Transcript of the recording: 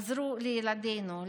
עזרו לילדינו,